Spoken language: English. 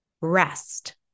Rest